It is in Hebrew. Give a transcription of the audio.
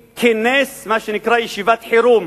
וכינס, מה שנקרא, ישיבת חירום